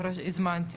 מאובנים.